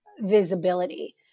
visibility